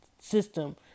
system